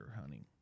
hunting